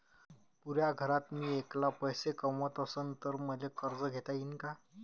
पुऱ्या घरात मी ऐकला पैसे कमवत असन तर मले कर्ज घेता येईन का?